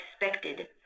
expected